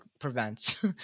prevents